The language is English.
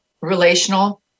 relational